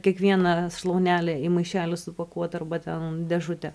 kiekviena šlaunelė į maišelį supakuota arba ten dėžutę